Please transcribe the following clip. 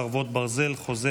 חרבות ברזל) (חוזה,